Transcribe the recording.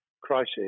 crisis